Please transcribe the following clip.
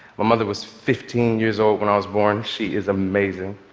my mother was fifteen years old when i was born. she is amazing.